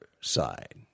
side